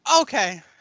Okay